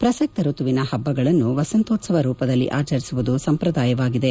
ಪ್ರಸತ್ತ ಋತುವಿನ ಹಬ್ಬಗಳನ್ನು ವಸಂತೋತ್ಸವ ರೂಪದಲ್ಲಿ ಆಚರಿಸುವುದು ಸಂಪ್ರದಾಯವಾಗಿದೆ